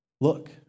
look